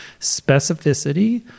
specificity